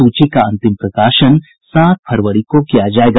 सूची का अंतिम प्रकाशन सात फरवरी को किया जायेगा